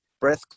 breath